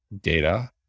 data